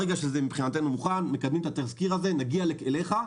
ברגע שזה יהיה מוכן אנחנו נקדם את התזכיר הזה ונגיע לוועדת הכלכלה.